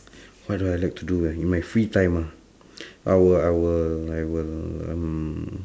what do I like to do ah in my free time ah I will I will I will um